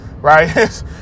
right